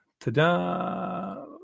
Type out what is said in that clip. Ta-da